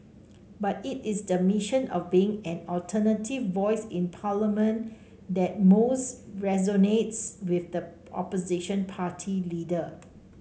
but it is the mission of being an alternative voice in Parliament that most resonates with the opposition party leader